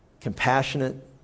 Compassionate